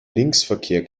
linksverkehr